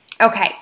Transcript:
Okay